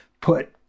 put